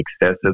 excessive